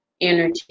energy